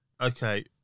Okay